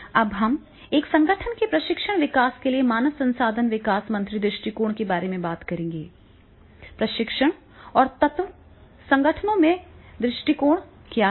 अब हम एक संगठन में प्रशिक्षण विकास के लिए मानव संसाधन विकास मंत्री दृष्टिकोण के बारे में बात करेंगे प्रशिक्षण और तत्व संगठनों में दृष्टिकोण क्या हैं